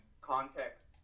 context